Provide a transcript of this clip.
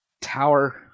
tower